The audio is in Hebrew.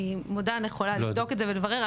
אני יכולה לבדוק את זה ולברר.